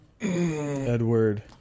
Edward